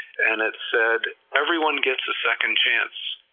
and it said everyone gets a second chance,